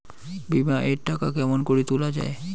বিমা এর টাকা কেমন করি তুলা য়ায়?